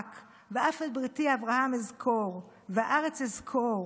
ואף את בריתי אברהם אזכֹּר והארץ אזכֹּר".